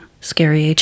scary